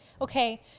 okay